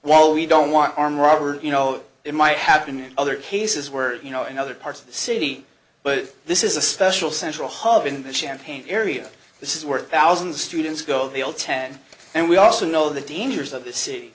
while we don't want armed robber you know it might happen in other cases where you know in other parts of the city but this is a special central hub in the champagne area this is where thousands of students go they all ten and we also know the dangers of the city